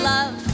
Love